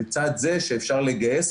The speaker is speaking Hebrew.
לצד זה שאפשר לגייס,